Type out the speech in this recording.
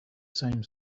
same